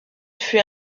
fut